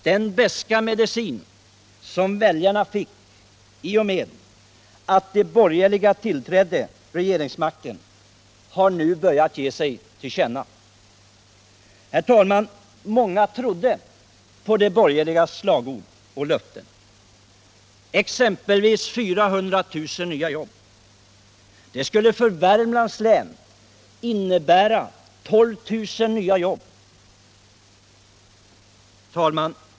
Den beska medicin som väljarna fick i och med att de borgerliga tillträdde regeringsmakten har nu börjat ge sig till känna. Många trodde på de borgerligas slagord och löften, exempelvis 400 000 nya jobb. Det skulle för Värmlands län innebära 12000 nya jobb.